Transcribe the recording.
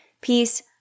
peace